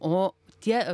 o tiem